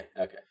Okay